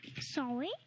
Sorry